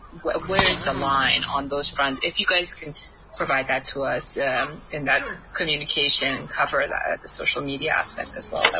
where's the line on those fronts. if you guys can provide that to us in that communication and cover that the social media aspect as well, that